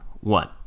one